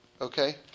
okay